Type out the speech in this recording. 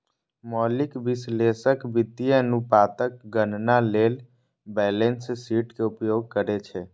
मौलिक विश्लेषक वित्तीय अनुपातक गणना लेल बैलेंस शीट के उपयोग करै छै